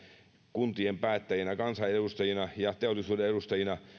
kuntien päättäjinä kansanedustajina ja teollisuuden edustajina